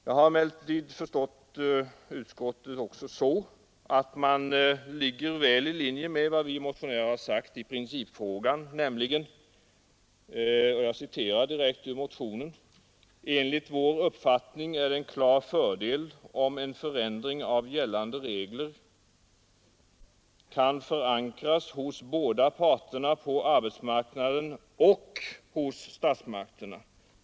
Jag har emellertid förstått utskottet ocks linje med vad vi motionärer har sagt i en annan principfråga, nämligen: ”Enligt vår uppfattning är det en klar fördel om en förändring av gällande regler kan förankras hos båda parterna på arbetsmarknaden och hos å att man befinner sig väl i statsmakterna.